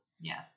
Yes